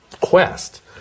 quest